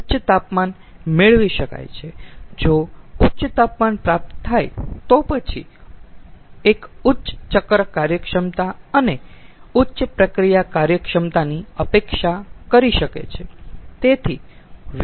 ઉચ્ચ તાપમાન મેળવી શકાય છે જો ઉચ્ચ તાપમાન પ્રાપ્ત થાય તો પછી એક ઉચ્ચ ચક્ર કાર્યક્ષમતા અને ઉચ્ચ પ્રક્રિયા કાર્યક્ષમતાની અપેક્ષા કરી શકે છે